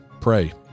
pray